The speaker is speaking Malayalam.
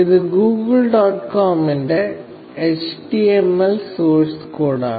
ഇത് ഗൂഗിൾ ഡോട്ട് കോം ന്റെ HTML സോഴ്സ് കോഡാണ്